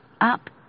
up